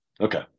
Okay